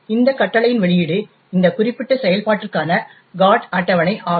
இந்த கட்டளையின் வெளியீடு இந்த குறிப்பிட்ட செயல்பாட்டிற்கான GOT அட்டவணை ஆகும்